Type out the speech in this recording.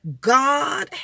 God